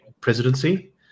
presidency